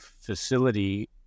facility